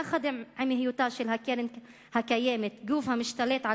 יחד עם היותה של קרן קיימת גוף המשתלט על